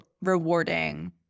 rewarding